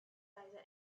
either